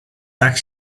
tak